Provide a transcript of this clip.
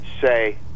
say